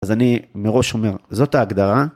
אז אני מראש אומר זאת ההגדרה